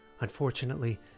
Unfortunately